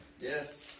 Yes